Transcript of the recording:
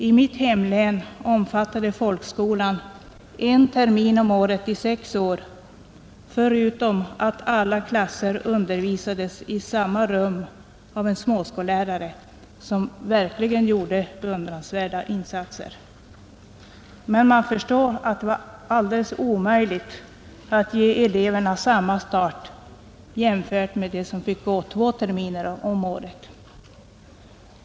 I mitt hemlän omfattade folkskolan en termin om året i sex år. Alla klasser undervisades i samma rum av en småskollärare, som verkligen gjorde beundransvärda insatser, Man förstår att det var alldeles omöjligt att ge dessa elever samma start som de elever fick som kunde gå i skola två terminer om året.